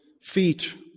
feet